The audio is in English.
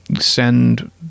send